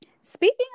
speaking